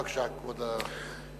בבקשה, כבוד השר.